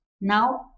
Now